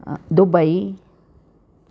Dubai